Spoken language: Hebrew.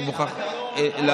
אני מוכרח להגיד.